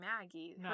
Maggie